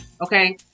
okay